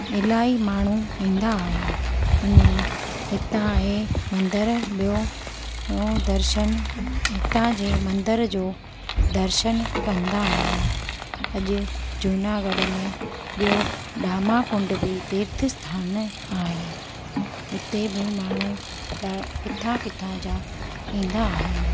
इलाही माण्हू ईंदा आहिनि अनी हिते आहे मंदरु ॿियों दर्शन हितां जे मंदर जो दर्शन कंदा आहिनि अॼु जूनागढ़ में ॿियों दामाकुंड बि तीर्थ स्थान आहे उते बि माण्हू किथां किथां जा ईंदा आहिनि